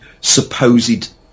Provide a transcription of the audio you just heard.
supposed